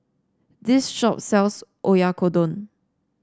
this shop sells Oyakodon